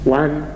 one